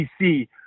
PC